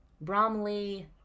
Bromley